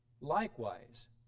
Likewise